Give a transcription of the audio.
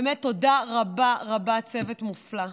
באמת תודה רבה רבה, צוות מופלא.